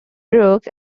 brooks